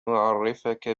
أعرّفك